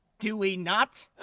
do we not?